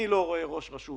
אני לא רואה ראש רשות